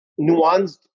nuanced